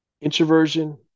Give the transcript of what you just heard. introversion